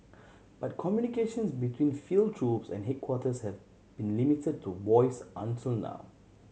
but communications between field troops and headquarters have been limited to voice until now